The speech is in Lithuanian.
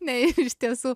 nei iš tiesų